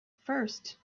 first